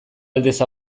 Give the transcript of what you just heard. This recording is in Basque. aldez